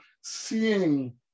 seeing